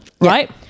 right